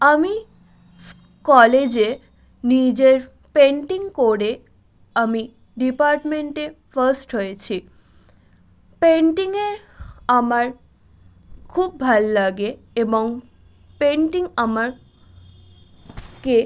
আমি কলেজে নিজের পেন্টিং করে আমি ডিপার্টমেন্টে ফাস্ট হয়েছি পেন্টিংয়ে আমার খুব ভাল লাগে এবং পেন্টিং আমারকে